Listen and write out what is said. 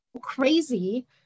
crazy